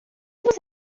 você